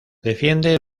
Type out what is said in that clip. defiende